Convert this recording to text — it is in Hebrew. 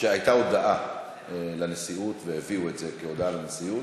שהייתה הודעה לנשיאות והביאו את זה כהודעה לנשיאות.